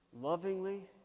Lovingly